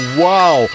wow